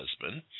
husband